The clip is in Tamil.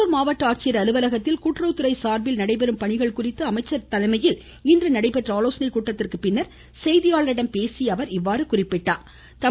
வேலூர் மாவட்ட ஆட்சியர் அலுவலகத்தில் கூட்டுறவுத்துறை சார்பாக நடைபெறும் பணிகள் குறித்து அமைச்சர் தலைமையில் இன்று நடைபெற்ற ஆலோசனைக் கூட்டத்திற்குப் பின்னர் செய்தியாளர்களிடம் பேசிய அவர் இதனைத் தெரிவித்தார்